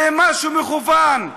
זה משהו מכוון.